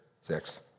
Six